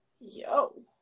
Yo